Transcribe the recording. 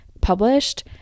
published